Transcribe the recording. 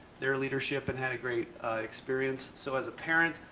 their leadership and had a great experience. so as a parent,